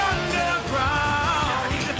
Underground